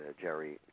Jerry